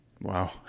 Wow